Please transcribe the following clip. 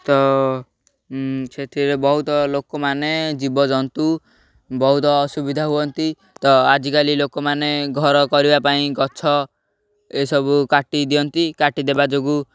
ତ ସେଥିରେ ବହୁତ ଲୋକମାନେ ଜୀବଜନ୍ତୁ ବହୁତ ଅସୁବିଧା ହୁଅନ୍ତି ତ ଆଜିକାଲି ଲୋକମାନେ ଘର କରିବା ପାଇଁ ଗଛ ଏସବୁ କାଟି ଦିଅନ୍ତି କାଟି ଦେବା ଯୋଗୁଁ